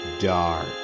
Dark